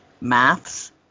maths